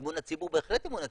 אמון הציבור בהחלט אמון הציבור,